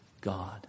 God